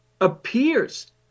appears